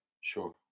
Sure